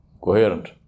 coherent